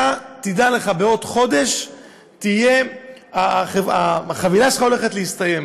תדע לך, בעוד חודש החבילה שלך הולכת להסתיים.